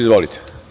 Izvolite.